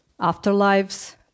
afterlives